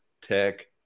Tech